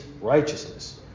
righteousness